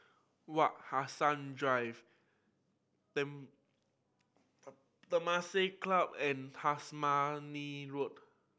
Wak Hassan Drive Temasek Club and Tasmania Road